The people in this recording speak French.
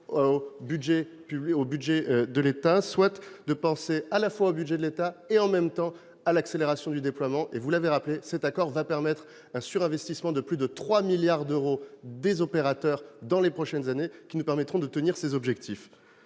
au budget de l'État, soit de penser à la fois au budget de l'État et à l'accélération du déploiement. Vous l'avez dit, cet accord va permettre un surinvestissement de plus de 3 milliards d'euros des opérateurs dans les prochaines années, ce qui nous permettra de tenir ces objectifs.